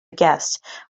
guest